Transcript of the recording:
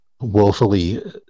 woefully